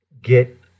get